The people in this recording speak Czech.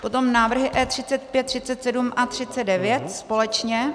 Potom návrhy E35, 37 a 39 společně.